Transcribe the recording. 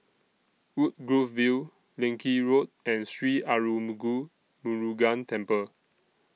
Woodgrove View Leng Kee Road and Sri Arulmigu Murugan Temple